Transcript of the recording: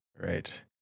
Right